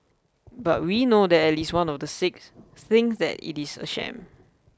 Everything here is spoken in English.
but we know that at least one of the six thinks that it is a sham